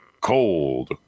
cold